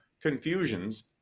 confusions